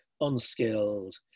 unskilled